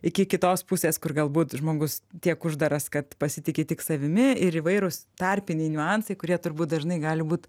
iki kitos pusės kur galbūt žmogus tiek uždaras kad pasitiki tik savimi ir įvairūs tarpiniai niuansai kurie turbūt dažnai gali būt